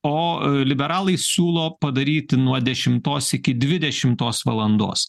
o liberalai siūlo padaryti nuo dešimtos iki dvidešimtos valandos